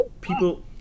people